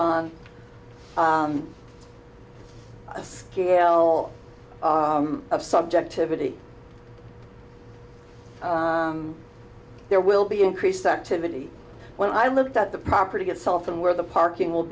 on a scale of subjectivity there will be increased activity when i looked at the property itself and where the parking will